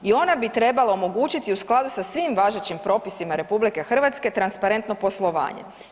I ona bi trebala omogućiti u skladu sa svim važećim propisima RH transparentno poslovanje.